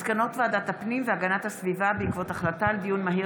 מסקנות ועדת הפנים והגנת הסביבה בעקבות דיון מהיר